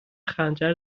خنجر